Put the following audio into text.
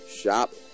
shop